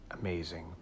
amazing